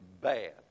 bad